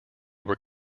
were